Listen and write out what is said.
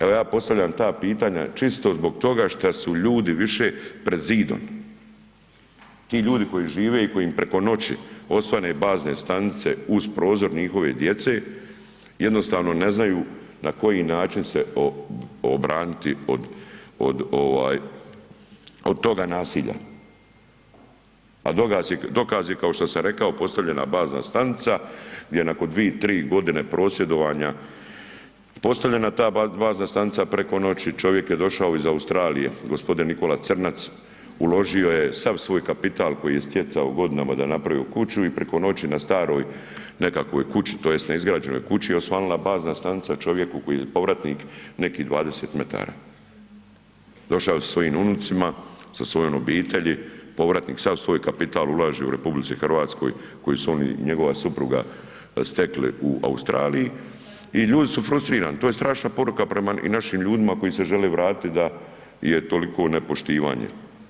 Evo ja postavljam ta pitanja čisto zbog toga šta su ljudi više pred zidom, ti ljudi koji žive i kojim preko noći osvane bazne stanice uz prozor njihove djece jednostavno ne znaju na koji način se obraniti od, od ovaj od toga nasilja, a dokazi kao što sam rekao postavljena bazna stanica gdje nakon 2-3.g. prosvjedovanja postavljena ta bazna stanica preko noći, čovjek je došao iz Australije, g. Nikola Crnac uložio je sav svoj kapital koji je stjecao godinama da je napravio kući i priko noći na staroj nekakvoj kući tj. neizgrađenoj kući je osvanula bazna stanica čovjeku koji je povratnik nekih 20 metara, došao sa svojim unucima, sa svojom obitelji, povratnik sav svoj kapital ulaže u RH koji su on i njegova supruga stekli u Australiji i ljudi su frustrirani, to je strašna poruka i prema našim ljudima koji se žele vratiti da je toliko nepoštivanje.